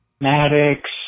Maddox